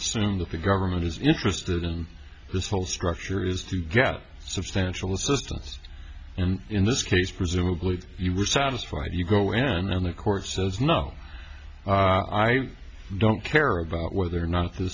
assume that the government is interested in this whole structure is to get substantial assistance and in this case presumably you were satisfied you go in and the court says no i don't care about whether or not th